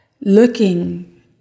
looking